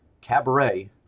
Cabaret